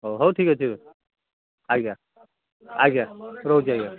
ହଉ ହଉ ଠିକ୍ ଅଛି ଆଜ୍ଞା ଆଜ୍ଞା ରହୁଛି ଆଜ୍ଞା